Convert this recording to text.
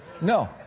No